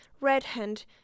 red-hand